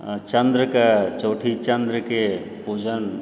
चन्द्रकऽ चौठी चन्द्रके पुजन